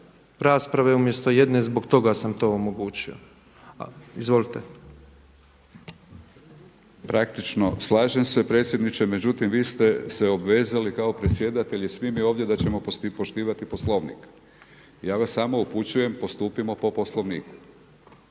rasprave umjesto jedne zbog toga sam to omogućio. Izvolite. **Batinić, Milorad (HNS)** Praktično slažem se predsjedniče. Međutim, vi ste se obvezali kao predsjedatelj i svi mi ovdje da ćemo poštivati Poslovnik. Ja vas samo upućujem postupimo po Poslovniku.